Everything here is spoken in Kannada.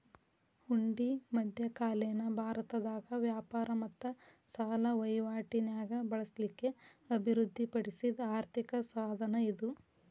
ಹುಂಡಿ ಮಧ್ಯಕಾಲೇನ ಭಾರತದಾಗ ವ್ಯಾಪಾರ ಮತ್ತ ಸಾಲ ವಹಿವಾಟಿ ನ್ಯಾಗ ಬಳಸ್ಲಿಕ್ಕೆ ಅಭಿವೃದ್ಧಿ ಪಡಿಸಿದ್ ಆರ್ಥಿಕ ಸಾಧನ ಇದು